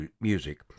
Music